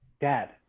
dad